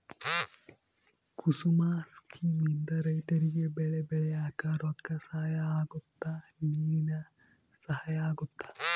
ಕುಸುಮ scheme ಇಂದ ರೈತರಿಗೆ ಬೆಳೆ ಬೆಳಿಯಾಕ ರೊಕ್ಕ ಸಹಾಯ ಅಗುತ್ತ ನೀರಿನ ಸಹಾಯ ಅಗುತ್ತ